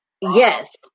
Yes